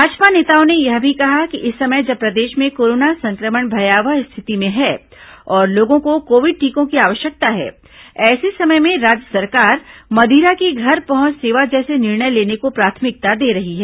भाजपा नेताओं ने यह भी कहा कि इस समय जब प्रदेश में कोरोना संक्रमण भयावह स्थिति में है और लोगों को कोविड टीकों की आवश्यकता है ऐसे समय में राज्य सरकार मदिरा की घर पहुंच सेवा जैसे निर्णय लेने को प्राथमिकता दे रही है